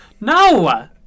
No